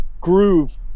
groove